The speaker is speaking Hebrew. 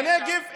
מה יש שם?